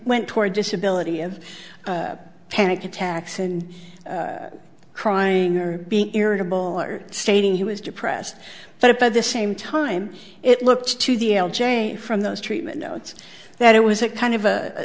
went toward disability of panic attacks and crying or being irritable or stating he was depressed but by the same time it looked to the l j from those treatment notes that it was a kind of a